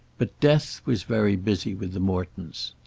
but death was very busy with the mortons.